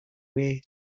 way